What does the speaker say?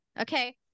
Okay